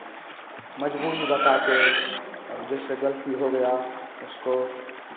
मज़बूरी बता के अब जैसे गलती हो गया उसको